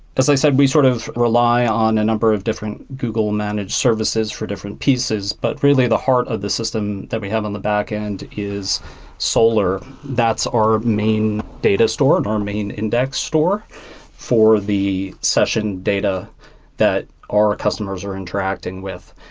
as i said, we sort of rely on a number of different google-managed services for different pieces. but, really, the heart of the system that we have on the backend is solar. that's our main data store and our main index store for the session data that our customers are interacting with.